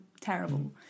terrible